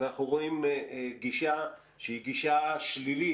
אז אנחנו רואים גישה שהיא גישה שלילית,